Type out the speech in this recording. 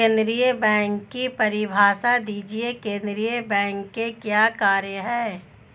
केंद्रीय बैंक की परिभाषा दीजिए केंद्रीय बैंक के क्या कार्य हैं?